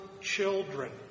children